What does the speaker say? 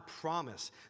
promise